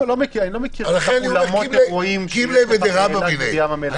לא מכיר אולמות אירועים באילת ובים המלח.